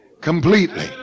completely